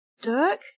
Dirk